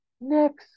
next